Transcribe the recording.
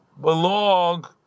belong